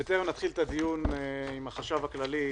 בטרם נתחיל את הדיון עם החשב הכללי,